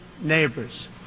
neighbors